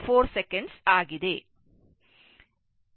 04 second ಆಗಿದೆ